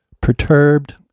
perturbed